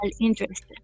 interest